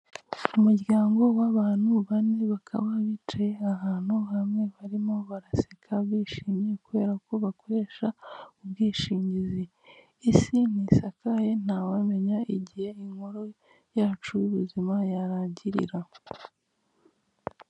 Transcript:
Umuryango w'abantu bane bakaba bicaye ahantu hamwe barimo baraseka bishimye kubera ko bakoresha ubwishingizi, Isi ntisakaye ntawamenya igihe inkuru yacu y'ubuzima yarangirira.